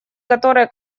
которые